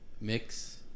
mix